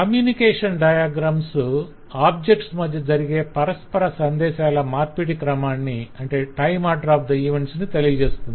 communication diagram objects మధ్య జరిగే పరస్పర సందేశాల మార్పిడి క్రమాన్ని తెలియజేస్తుంది